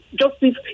justice